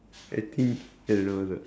I think I don't know what's that